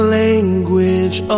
language